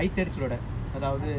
that's why now I telling you lah